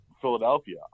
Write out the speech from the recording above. Philadelphia